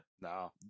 No